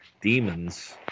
demons